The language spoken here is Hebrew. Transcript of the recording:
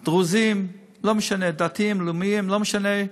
דרוזים, דתיים לאומיים, לא משנה,